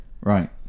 Right